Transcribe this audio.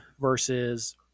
versus